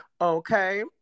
Okay